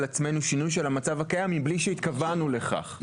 עצמנו שינוי של המצב הקיים מבלי שהתכוונו לכך,